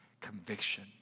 conviction